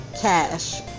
cash